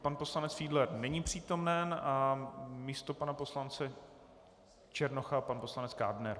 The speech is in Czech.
Pan poslanec Fiedler není přítomen a místo pana poslance Černocha pan poslanec Kádner.